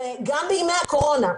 גם בימי הקורונה,